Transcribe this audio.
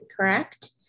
correct